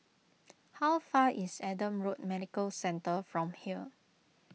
how far is Adam Road Medical Centre from here